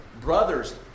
Brothers